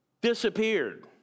disappeared